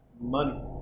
money